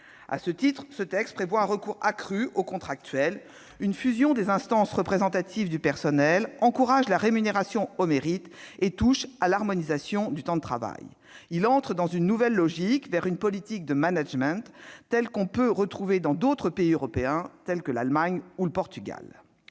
À ce titre, ce texte prévoit un recours accru aux contractuels, une fusion des instances représentatives du personnel, encourage la rémunération au mérite et touche à l'harmonisation du temps de travail. Il entre dans une nouvelle logique, tournée vers une politique de management, que l'on peut retrouver dans d'autres pays européens tels que l'Allemagne ou le Portugal.